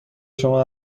شما